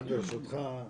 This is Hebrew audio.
ברשותך,